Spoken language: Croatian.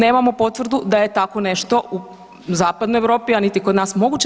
Nemamo potvrdu da je tako nešto u Zapadnoj Europi, a niti kod nas moguće.